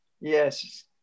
yes